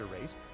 race